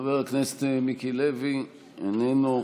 חבר הכנסת מיקי לוי, איננו.